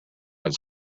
its